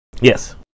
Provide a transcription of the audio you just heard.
Yes